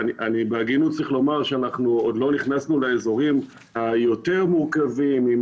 בהגינות אני צריך לומר שאנחנו עוד לא נכנסנו לאזורים היותר מורכבים.